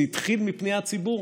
זה התחיל מפניית ציבור,